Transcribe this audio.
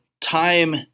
time